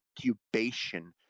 incubation